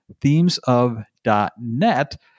ThemesOf.net